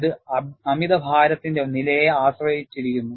ഇത് അമിതഭാരത്തിന്റെ നിലയെ ആശ്രയിച്ചിരിക്കുന്നു